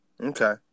Okay